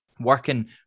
working